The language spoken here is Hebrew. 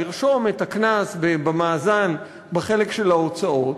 לרשום את הקנס במאזן בחלק של ההוצאות,